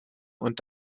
und